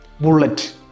bullet